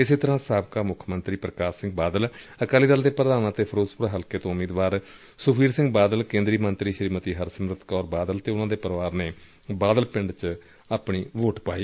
ਇਸੇ ਤਰਾਂ ਸਾਬਕਾ ਮੁੱਖ ਮੰਤਰੀ ਪ੍ਰਕਾਸ਼ ਸਿੰਘ ਬਾਦਲ ਅਕਾਲੀ ਦਲ ਦੇ ਪ੍ਰਧਾਨ ਅਤੇ ਫਿਰੋਜ਼ਪੁਰ ਹਲਕੇ ਤੋ ਉਮੀਦਵਾਰ ਸੁਖਬੀਰ ਸਿੰਘ ਬਾਦਲ ਕੇਦਰੀ ਮੰਤਰੀ ਸ੍ਰੀਮਤੀ ਹਰਸਿਮਰਤ ਕੌਰ ਬਾਦਲ ਤੇ ਉਨੂਾਂ ਦੇ ਪਰਿਵਾਰ ਨੇ ਬਾਦਲ ਪਿੰਡ ਵਿਚ ਆਪਣੀ ਵੋਟ ਪਾਈ